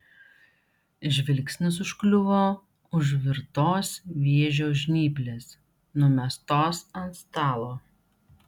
žvilgsnis užkliuvo už virtos vėžio žnyplės numestos ant stalo